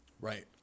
Right